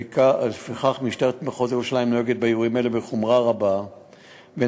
ולפיכך משטרת מחוז ירושלים נוהגת באירועים אלו בחומרה רבה ונוקטת